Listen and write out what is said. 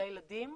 לילדים,